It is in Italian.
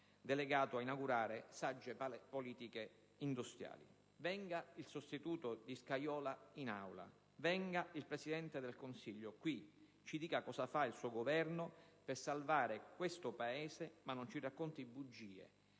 delegato a inaugurare sagge politiche industriali. Venga il sostituto di Scajola in Aula, venga il Presidente del Consiglio qui, ci dica cosa fa il suo Governo per salvare questo Paese, ma non ci racconti bugie,